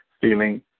feeling